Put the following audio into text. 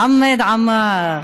חַמֵד עמאר.